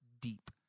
deep